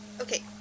Okay